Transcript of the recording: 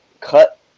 cut